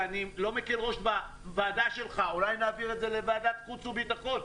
ואני לא מקל ראש בוועדה שלך אולי נעביר את זה לוועדת החוץ והביטחון.